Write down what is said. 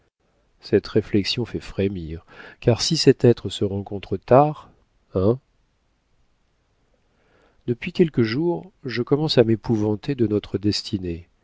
cette réflexion fait frémir car si cet être se rencontre tard hein depuis quelques jours je commence à m'épouvanter de notre destinée